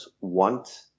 want